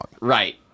Right